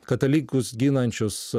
katalikus ginančius